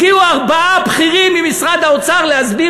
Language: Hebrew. הגיעו ארבעה בכירים ממשרד האוצר להסביר